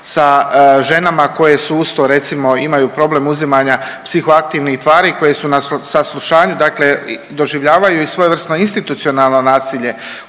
sa žena koje su uz to recimo imaju problem uzimanja psihoaktivnih tvari koje su na saslušanju, dakle doživljavaju i svojevrsno institucionalno nasilje